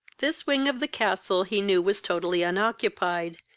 this wind of the castle he knew was totally unoccupied,